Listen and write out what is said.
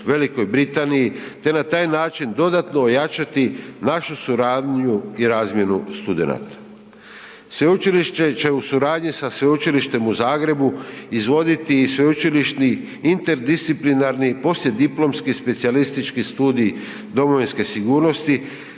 Velikoj Britaniji te na taj način dodatno ojačati našu suradnju i razmjenu studenata. Sveučilište će u suradnji sa Sveučilištem u Zagrebu izvoditi i sveučilišni interdisciplinarni poslijediplomski specijalistički studij domovinske sigurnosti